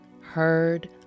heard